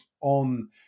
on